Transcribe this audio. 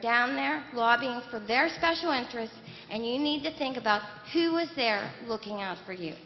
down there lobbying for their special interests and you need to think about who is there looking out for you